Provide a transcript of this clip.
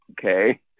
Okay